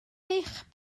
eich